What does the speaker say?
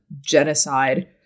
genocide